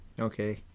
Okay